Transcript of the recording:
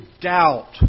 doubt